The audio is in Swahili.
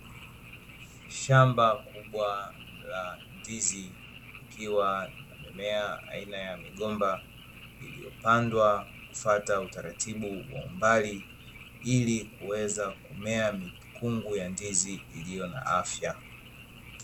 Shamba kubwa la ndizi, ikiwa ina mimea aina ya migomba iliyopandwa kufuata utaratibu wa umbali ili kuweza kumea mikungu ya ndizi iliyo na afya.